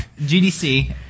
GDC